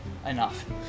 Enough